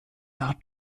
nach